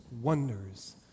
wonders